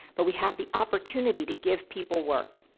but we have the opportunity to give people work.